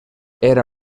era